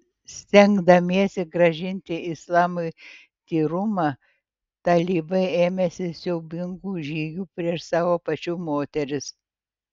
stengdamiesi grąžinti islamui tyrumą talibai ėmėsi siaubingų žygių prieš savo pačių moteris